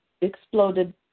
exploded